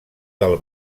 del